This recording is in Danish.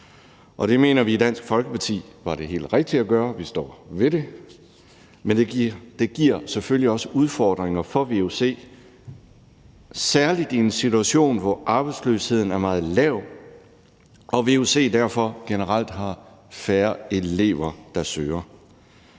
og det mener vi i Dansk Folkeparti var det helt rigtige at gøre, og vi står ved det, men det giver selvfølgelig også udfordringer for vuc, særlig i en situation, hvor arbejdsløsheden er meget lav og vuc derfor generelt har færre elever, der søger.